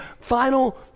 final